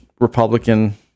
republican